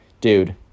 dude